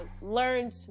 learned